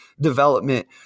development